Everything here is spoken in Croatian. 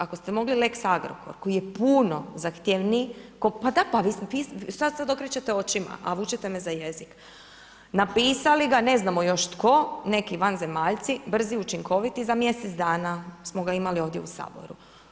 Ako ste mogli lex Agrokor koji je puno zahtjevniji, pa da, pa šta sad okrećete očima a vučete me za jezik, napisali ga ne znamo još tko neki vanzemaljci, brzi, učinkoviti za mjesec dana smo ga imali ovdje u Saboru.